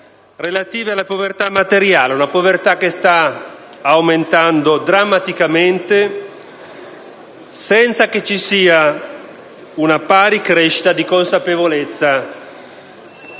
relative alla povertà materiale: una povertà che sta aumentando drammaticamente senza che ci sia una pari crescita di consapevolezza